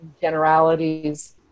generalities